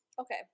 okay